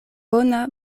bona